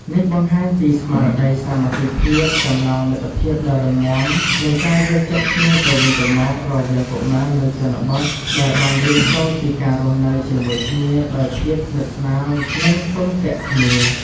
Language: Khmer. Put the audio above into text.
នេះបង្ហាញពីស្មារតីសាមគ្គីភាព ចំណងមិត្តភាពដ៏រឹងមាំ និងការយល់ចិត្តគ្នាទៅវិញទៅមក រវាងកុមារនៅជនបទ ដែលបានរៀនសូត្រពីការរស់នៅជាមួយគ្នាដោយភាពស្និទ្ធស្នាល និងពឹងពាក់គ្នា។